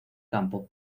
campo